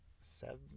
Seven